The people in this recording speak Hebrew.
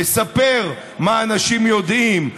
לספר מה אנשים יודעים,